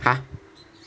!huh!